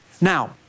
Now